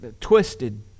twisted